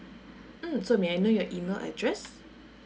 mm so may I know your email address